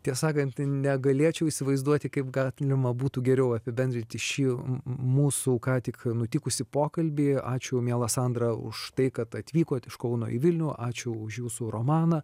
tiesą sakant negalėčiau įsivaizduoti kaip galima būtų geriau apibendrinti šį mūsų ką tik nutikusį pokalbį ačiū miela sandra už tai kad atvykot iš kauno į vilnių ačiū už jūsų romaną